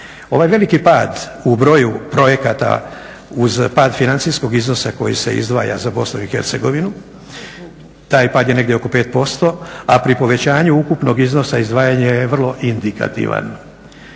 Ovaj veliki pad u broju projekata uz pad financijskog iznosa koji se izdvaja za Bosnu i Hercegovinu taj pad je negdje oko 5% a pri povećanju ukupnog iznosa izdvajanje je vrlo indikativan.